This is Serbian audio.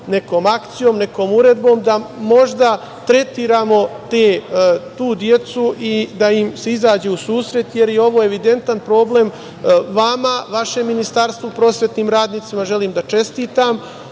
nekom akcijom, nekom uredbom da možda tretiramo tu decu i da im se izađe u susret, jer je ovo evidentan problem vama, vašem ministarstvu. Prosvetnim radnicima želim da čestitam.